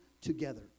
together